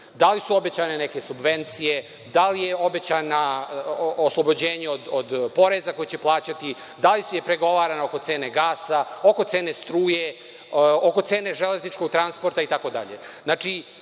da li su obećane neke subvencije, da li je obećano oslobođenje od poreza koji će plaćati, da li je pregovarano oko cene gasa, struje, oko cene železničkog transporta, itd?